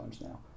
now